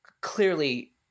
clearly